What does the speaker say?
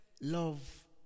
love